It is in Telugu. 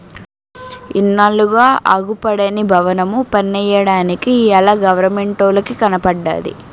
ఇన్నాళ్లుగా అగుపడని బవనము పన్నెయ్యడానికి ఇయ్యాల గవరమెంటోలికి కనబడ్డాది